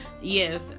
yes